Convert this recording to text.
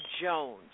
Jones